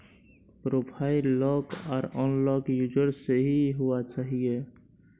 profile lock आर unlock user से ही हुआ चाहिए